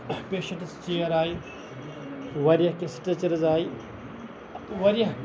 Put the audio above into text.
patients چِیر آیہِ واریاہ کیٚنہہ سِٹریچَرٕز آیہِ واریاہ